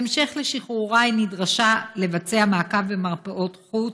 בהמשך לשחרורה היא נדרשה לבצע מעקב במרפאות חוץ,